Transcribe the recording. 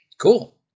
Cool